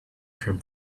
from